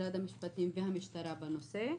משרד המשפטים והמשטרה בנושא.